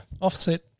Offset